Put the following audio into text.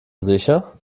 sicher